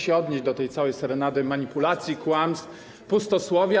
Ciężko się odnieść do tej całej serenady manipulacji, kłamstw, pustosłowia.